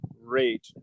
rate